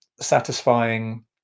satisfying